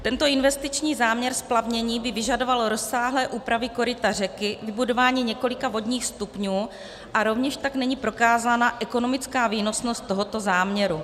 Tento investiční záměr splavnění by vyžadoval rozsáhlé úpravy koryta řeky, vybudování několika vodních stupňů a rovněž tak není prokázána ekonomická výnosnost tohoto záměru.